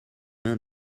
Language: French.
mains